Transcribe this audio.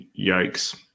Yikes